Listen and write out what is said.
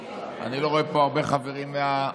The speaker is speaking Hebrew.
אני לא רואה פה הרבה חברים מהאופוזיציה.